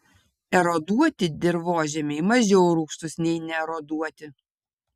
eroduoti dirvožemiai mažiau rūgštūs nei neeroduoti